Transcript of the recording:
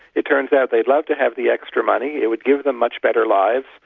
it turns out they'd love to have the extra money, it would give them much better lives,